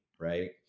right